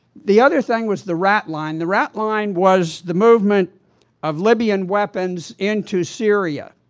the other thing was the rat line. the rat line was the movement of libyan weapons into syria.